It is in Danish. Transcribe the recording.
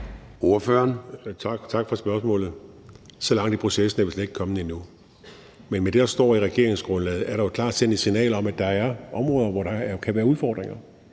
(V): Tak for spørgsmålet. Så langt i processen er vi slet ikke kommet endnu. Men med det, der står i regeringsgrundlaget, er der jo klart sendt et signal om, at der er områder, hvor der kan være udfordringer,